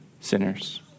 sinners